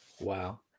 Wow